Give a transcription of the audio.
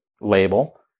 label